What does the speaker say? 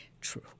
True